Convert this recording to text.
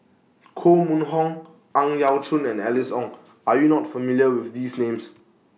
Koh Mun Hong Ang Yau Choon and Alice Ong Are YOU not familiar with These Names